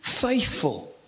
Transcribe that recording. faithful